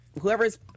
whoever's